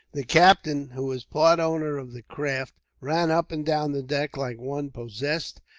the captain, who was part owner of the craft, ran up and down the deck like one possessed,